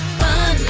fun